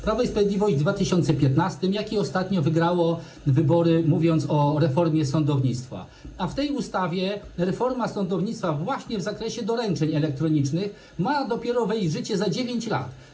Prawo i Sprawiedliwość w 2015 r., jak i ostatnio, wygrało wybory, mówiąc o reformie sądownictwa, a w tej ustawie reforma sądownictwa właśnie w zakresie doręczeń elektronicznych ma wejść w życie dopiero za 9 lat.